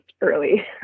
early